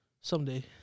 Someday